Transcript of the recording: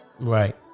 right